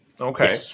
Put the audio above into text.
Okay